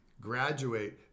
graduate